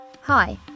Hi